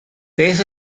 beth